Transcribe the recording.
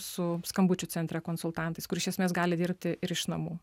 su skambučių centre konsultantais kur iš esmės gali dirbti ir iš namų